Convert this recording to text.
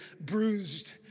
bruised